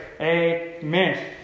Amen